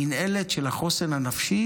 מינהלת של החוסן הנפשי